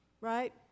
right